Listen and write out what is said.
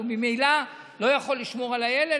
וממילא לא יכול לשמור על הילד,